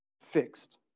fixed